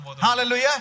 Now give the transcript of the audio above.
Hallelujah